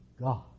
God